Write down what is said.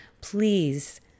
please